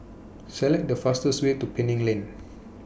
Select The fastest Way to Penang Lane